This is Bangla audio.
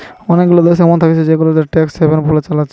অনেগুলা দেশ এমন থাকতিছে জেগুলাকে ট্যাক্স হ্যাভেন বলে চালাচ্ছে